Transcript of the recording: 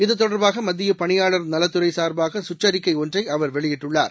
இத்தொடர்பாகமத்தியபணியாளர் நலத்துறைசார்பாகசுற்றறிக்கைஒன்றைஅவர் வெளியிட்டுள்ளார்